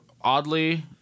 oddly